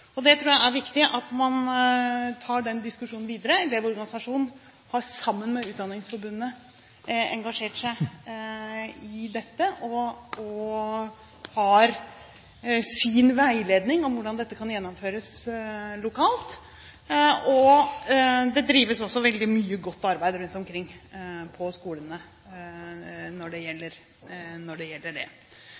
tror det er viktig at man tar den diskusjonen videre. Elevorganisasjonen har, sammen med Utdanningsforbundet, engasjert seg i dette og har sin veiledning om hvordan dette kan gjennomføres lokalt. Det drives også veldig mye godt arbeid rundt omkring på skolene når det gjelder det. Jeg tror dette er en forholdsvis liten del av elevdemokratiet, men det